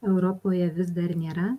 europoje vis dar nėra